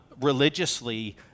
religiously